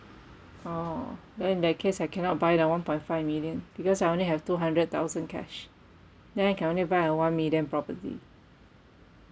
orh then in that case I cannot buy the one point five million because I only have two hundred thousand cash then I can only buy a one million property